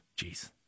Jeez